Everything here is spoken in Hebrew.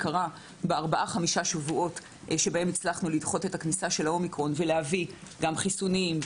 בארבעה-חמישה שבועות הצלחנו לדחות את האומיקרון ולהביא גם חיסונים,